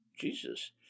Jesus